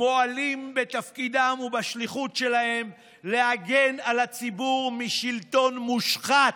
מועלים בתפקידם ובשליחות שלהם להגן על הציבור משלטון מושחת,